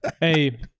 Hey